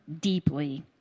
deeply